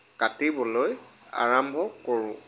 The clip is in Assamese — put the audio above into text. কাটিবলৈ আৰম্ভ কৰোঁ